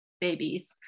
babies